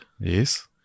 Yes